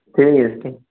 ঠিক আছে